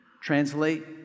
Translate